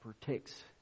protects